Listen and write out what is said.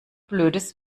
blödes